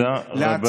תודה רבה.